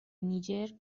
نیجر